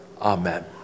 Amen